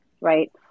right